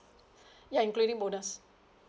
ya including bonus